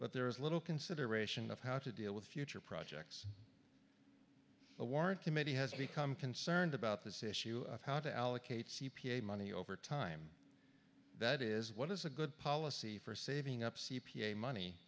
but there is little consideration of how to deal with future projects the warrant committee has become concerned about this issue of how to allocate c p a money over time that is what is a good policy for saving up c p a money